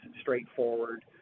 straightforward